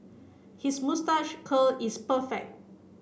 his moustache curl is perfect